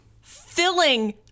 Filling